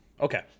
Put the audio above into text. Okay